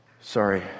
Sorry